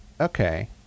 Okay